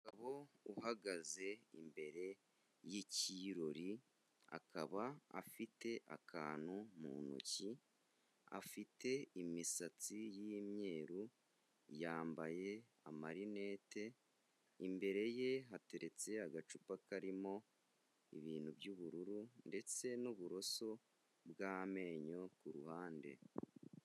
Umugabo uhagaze imbere y'ikirori akaba afite akantu mu ntoki afite imisatsi y'imyeru, yambaye amarinete, imbere ye hateretse agacupa karimo ibintu by'ubururu ndetse n'uburoso bw'amenyo ku ruhande.